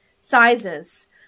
Sizes